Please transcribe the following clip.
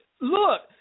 Look